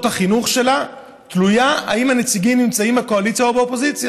החינוך שלה תלויים בזה שנציגיה נמצאים בקואליציה